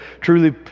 truly